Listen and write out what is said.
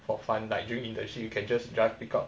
for fun like during internship you can just just pick up